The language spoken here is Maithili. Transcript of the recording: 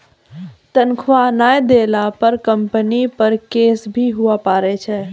तनख्वाह नय देला पर कम्पनी पर केस भी हुआ पारै छै